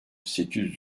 sekiz